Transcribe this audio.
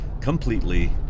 completely